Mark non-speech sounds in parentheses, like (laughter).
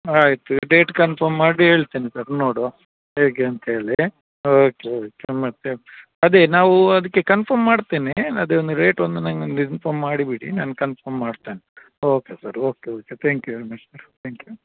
ಆಯಿತು date confirm ಮಾಡಿ ಹೇಳ್ತೇನೆ ಸರ್ ನೋಡುವ ಹೇಗೆ ಅಂತೇಳಿ ಓಕೆ ಓಕೆ ಮತ್ತು ಅದೇ ನಾವು ಅದಕ್ಕೆ ಕನ್ಫರ್ಮ್ ಮಾಡ್ತೇನೆ ಅದೊಂದು ರೇಟ್ ಒಂದು ನಂಗೆ ಒಂದು ಇನ್ಫಾರ್ಮ್ ಮಾಡಿ ಬಿಡಿ ನಾನು ಕನ್ಫರ್ಮ್ ಮಾಡ್ತೇನೆ okay sir okay okay thank you (unintelligible) thank you